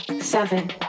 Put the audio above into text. seven